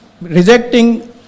rejecting